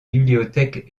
bibliothèques